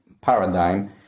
paradigm